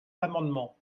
l’amendement